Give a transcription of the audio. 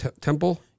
Temple